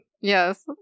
Yes